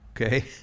okay